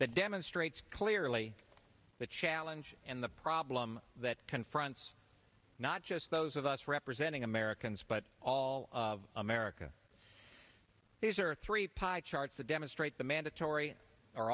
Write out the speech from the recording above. that demonstrates clearly the challenge and the problem that confronts not just those of us representing americans but all of america these are three pie charts that demonstrate the mandatory or